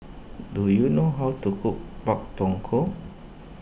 do you know how to cook Pak Thong Ko